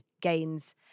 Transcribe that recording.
gains